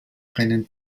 rennen